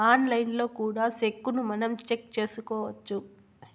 ఆన్లైన్లో కూడా సెక్కును మనం చెక్ చేసుకోవచ్చు